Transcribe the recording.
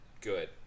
good